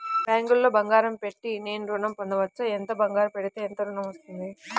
బ్యాంక్లో బంగారం పెట్టి నేను ఋణం పొందవచ్చా? ఎంత బంగారం పెడితే ఎంత ఋణం వస్తుంది?